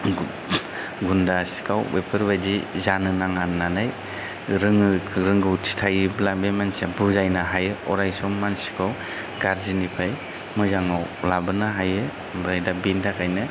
गुन्दा सिखाव बेफोरबायदि जानो नाङा होननानै रोङो रोंगौथि थायोब्ला बे मानसिया बुजायनो हायो अरायसम मानसिखौ गारजिनिफ्राय मोजाङाव लाबोनो हायो आमफ्राय दा बेनि थाखायनो